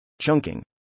Chunking